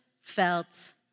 felt